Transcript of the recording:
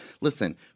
Listen